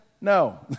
No